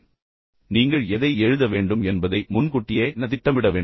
அதைச் செய்ய நீங்கள் எதை எழுத வேண்டும் என்பதை முன்கூட்டியே நன்கு திட்டமிட வேண்டும்